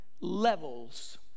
levels